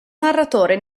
narratore